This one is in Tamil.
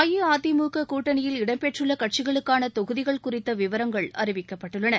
அஇஅதிமுக கூட்டணியில் இடம்பெற்றுள்ள கட்சிகளுக்கான தொகுதிகள் குறித்த விவரங்கள் அறிவிக்கப்பட்டுள்ளன